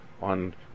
on